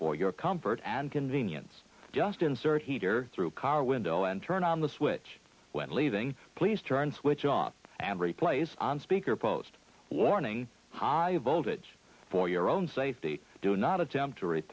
for your comfort and convenience just insert a heater through car window and turn on the switch went leaving please turn switch on and replace on speaker post warning high voltage for your own safety do not attempt